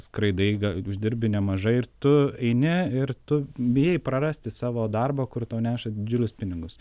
skraidai uždirbi nemažai ir tu eini ir tu bijai prarasti savo darbą kur tau neša didžiulius pinigus